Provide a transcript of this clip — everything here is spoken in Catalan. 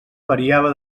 variava